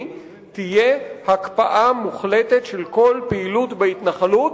תהיה הקפאה מוחלטת של כל פעילות בהתנחלות,